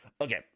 okay